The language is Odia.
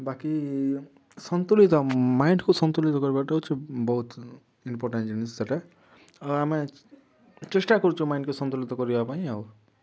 ବାକି ସନ୍ତୁଳିତ ମାଇଣ୍ଡକୁ ସନ୍ତୁଳିତ କରିବାଟା ହେଉଛି ବହୁତ ଇମ୍ପୋର୍ଟାଣ୍ଟ ଜିନିଷ ସେଇଟା ଆଉ ଆମେ ଚେଷ୍ଟା କରୁଛୁ ମାଇଣ୍ଡକୁ ସନ୍ତୁଳିତ କରିବା ପାଇଁ ଆଉ